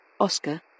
Oscar